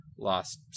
lost